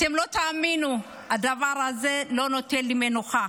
אתם לא תאמינו, הדבר הזה לא נותן לי מנוחה.